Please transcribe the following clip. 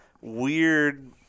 weird